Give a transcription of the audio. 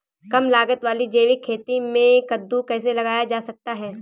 कम लागत वाली जैविक खेती में कद्दू कैसे लगाया जा सकता है?